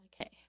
Okay